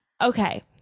Okay